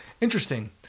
Interesting